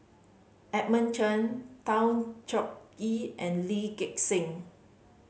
Edmund Cheng Tan Choh Ee and Lee Gek Seng